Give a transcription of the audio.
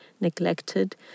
neglected